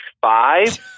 five